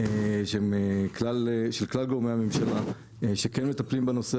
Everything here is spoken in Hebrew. של כלל גורמי הממשלה שכן מטפלים בנושא